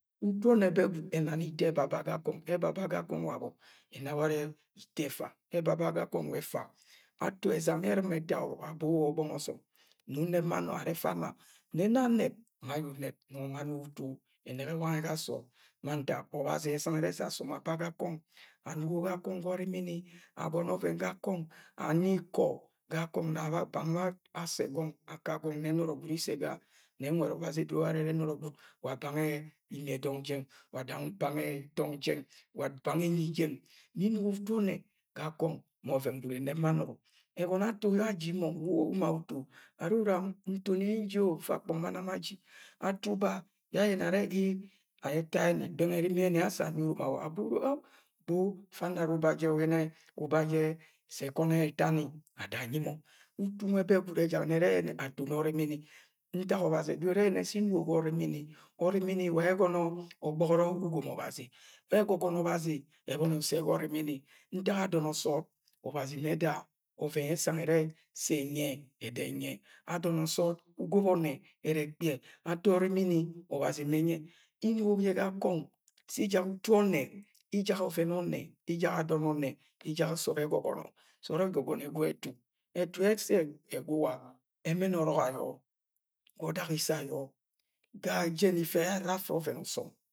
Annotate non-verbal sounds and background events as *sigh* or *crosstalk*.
Utu ọnnẹ bẹ gwud ẹnani ito ẹbaba ga kọng. Ẹbaba ga kọng wa bọ? Ẹna warẹ ito ẹfa. Ebaba ga kong wa ẹfa. Ato ẹzam yẹ ẹr̵ima eta wa abo ọbọngọ ọsọm nẹ unẹb ma nọ arẹ fa ana. Nẹ nọ anẹb, aye unẹb, nọngọ ma anugo utu ẹnẹgẹ wangẹ ga sọọd. Ga ntak Ọbazi usang sẹ asọm aba ga kọng. Anugo ga kọng ga ọrimina, ana ọvẹn ga kọng. Ana ikọ ga kọng *hesitation* na bang bẹ assẹ asẹ gwọng, aka gwọng nẹ nọrọ gwud isẹ ga, nẹ nwed Obazi edoro warẹ nọrọ wa bang ẹ imiẹ dọng jẹng, wa bang ẹ dong, bang enyi jẹng. Mi inugo utu ọnnẹ ga kọng ma ọvẹn gwud ẹnẹb ma nọrọ Agọnọ yẹ ato yẹ aji mọng, uromo awọ uma uto, arẹ uram ntoni yẹ nji fa akpọng ma nam aji. Ato uba yẹ ayẹnẹ arẹ ẹta yẹnẹ ni bẹng ẹrimi yẹni yẹ asa anyi uromo awọ, abo mọ, bo fa amara uba jẹ yẹnẹ ubaje sẹ ẹkọnọ yẹ ẹtani. Ada anyi mọ. Nwe̱bẹ gwud ejakni e̱rẹ yẹnẹ atoni ọrimini. Ntak Ọbazi edoro e̱rẹ yẹnẹ sẹ inugo ga ọrimini Orimini wa ayẹ ẹgọnọ ọgbọgbọ ga ugom Ọbazi. Ma E̱gọgọnọ Obazi e̱bọni ẹsẹ ga ọrimini. Ntak adọnọ sọọd Ọbazi mẹ eda ọvẹn yẹ ẹsang ẹrẹ sẹ enyi ẹ, ẹda anyiẹ. Ado̱no̱ sọọd ugọb ọnnẹ ẹrẹ ẹkpi ẹ. Ato ọrimini Ọbazi me ẹnyi ẹ Inugo je̱ ga kọng, sẹ ijak utu ọnnẹ, ijak o̱ve̱n o̱nne̱, ijak ado̱n ọnnẹ. Ijak sọọd ẹgọgọnọ. Sọọd ẹgọgọnọ e̱gwu etu. E̱tu ye̱ ẹse̱ egwu wa ẹmẹn ọrọk ayọ, o̱dak isẹ ayo̱, aga je̱n ẹfẹfẹ yẹ ara afẹ ọvẹn ọsọm.